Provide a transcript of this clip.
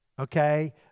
Okay